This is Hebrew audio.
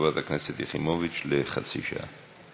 וחברת הכנסת יחימוביץ, חצי שעה.